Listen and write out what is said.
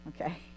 Okay